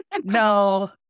no